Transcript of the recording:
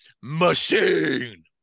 machine